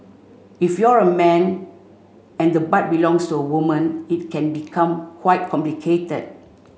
if you're a man and the butt belongs to a woman it can become quite complicated